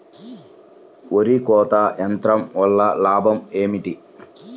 వరి కోత యంత్రం వలన లాభం ఏమిటి?